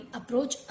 approach